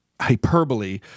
hyperbole